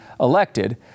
elected